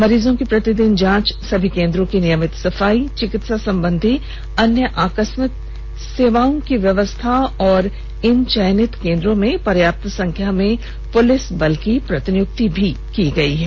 मरीजों की प्रतिदिन जांच सभी केंद्रों की नियमित सफाई चिकित्सा संबंधी अन्य आकस्मिक सेवाओं की व्यवस्था व इन चयनित केंद्रों में पर्याप्त संख्या में पुलिस बल की प्रतिनियुक्ति भी की गई है